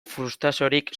frustraziorik